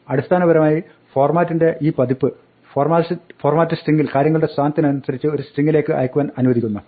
അടിസ്ഥാനപരമായി format ന്റെ ഈ പതിപ്പ് ഫോർമാറ്റ് സ്ട്രിങ്ങിൽ കാര്യങ്ങളുടെ സ്ഥാനത്തിനനുസരിച്ച് ഒരു സ്ട്രിങ്ങിലേക്ക് അയക്കുവാൻ അനുവദിക്കുന്നു